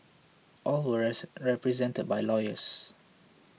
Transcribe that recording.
all were represented by lawyers